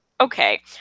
Okay